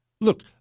Look